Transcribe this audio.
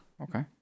okay